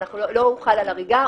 לא הוחל על הריגה,